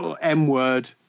M-word